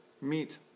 meet